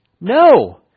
No